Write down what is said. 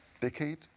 decade